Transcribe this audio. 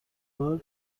بار